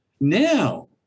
Now